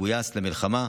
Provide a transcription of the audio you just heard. גויסו למלחמה.